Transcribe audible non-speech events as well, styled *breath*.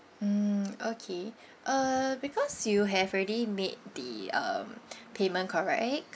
mm okay uh because you have already made the um *breath* payment correct